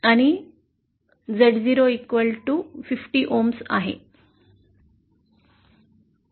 आणि Z050 Ohms आहे